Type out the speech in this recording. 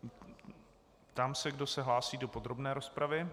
Ptám se, kdo se hlásí do podrobné rozpravy.